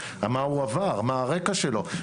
מה הוא עבר ומה הרקע שלו.